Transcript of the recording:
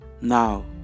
Now